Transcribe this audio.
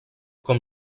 com